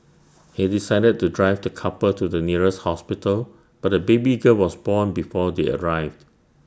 he decided to drive the couple to the nearest hospital but the baby girl was born before they arrived